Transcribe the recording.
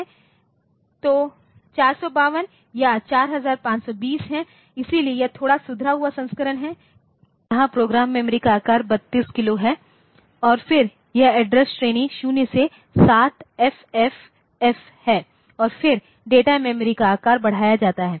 तो 452 या 4520 है इसलिए यह थोड़ा सुधरा हुआ संस्करण है जहाँ प्रोग्राम मेमोरी का आकार 32 किलो है और फिर यह एड्रेस श्रेणी 0 से 7FFF है और फिर डेटा मेमोरी का आकार बढ़ाया जाता है